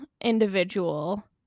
individual